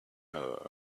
her